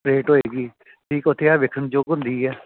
parade ਹੋਏਗੀ ਠੀਕ ਉੱਥੇ ਆਹ ਵੇਖਣ ਯੋਗ ਹੁੰਦੀ ਹੈ